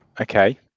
Okay